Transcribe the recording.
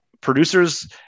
Producers